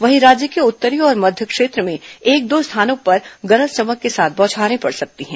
वहीं राज्य के उत्तरी और मध्य क्षेत्र में एक दो स्थानों पर पर गरज चमक के साथ बौछारें पड़ सकती हैं